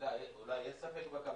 אולי יש ספק בכוונות,